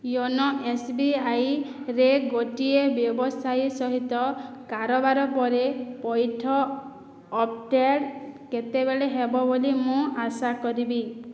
YONO ଏସ୍ବିଆଇରେ ଗୋଟିଏ ବ୍ୟବସାୟୀ ସହିତ କାରବାର ପରେ ପୈଠ ଅପଡ଼େଟ୍ କେତେବେଳେ ହେବ ବୋଲି ମୁଁ ଆଶା କରିବି